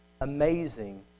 amazing